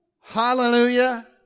Hallelujah